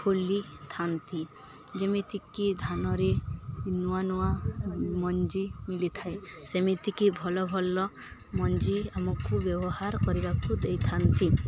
ଖୋଲିଥାନ୍ତି ଯେମିତିକି ଧାନରେ ନୂଆ ନୂଆ ମଞ୍ଜି ମିଳିଥାଏ ସେମିତିକି ଭଲ ଭଲ ମଞ୍ଜି ଆମକୁ ବ୍ୟବହାର କରିବାକୁ ଦେଇଥାନ୍ତି